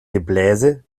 gebläse